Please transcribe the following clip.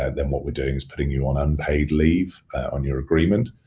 and then what we're doing is putting you on unpaid leave on your agreement.